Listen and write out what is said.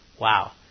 wow